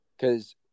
cause